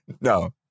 No